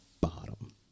bottom